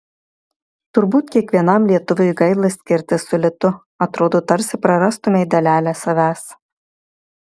turbūt kiekvienam lietuviui gaila skirtis su litu atrodo tarsi prarastumei dalelę savęs